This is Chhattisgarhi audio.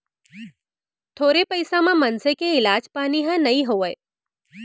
थोरे पइसा म मनसे के इलाज पानी ह नइ होवय